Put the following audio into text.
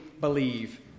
believe